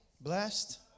Blessed